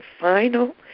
final